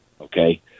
okay